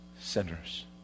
sinners